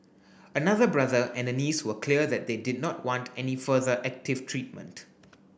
another brother and a niece were clear that they did not want any further active treatment